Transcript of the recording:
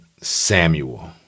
Samuel